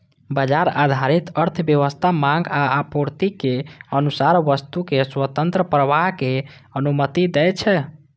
बाजार आधारित अर्थव्यवस्था मांग आ आपूर्तिक अनुसार वस्तुक स्वतंत्र प्रवाहक अनुमति दै छै